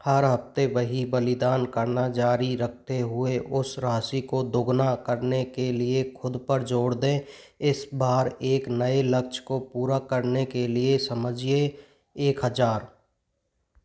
हर हफ्ते वही बलिदान करना जारी रखते हुए उस राशि को दुगना करने के लिए खुद पर ज़ोर दें इस बार एक नए लक्ष्य को पूरा करने के लिए समझिए एक हज़ार